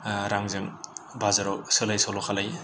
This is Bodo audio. रांजों बाजाराव सोलाय सल' खालामो